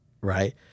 right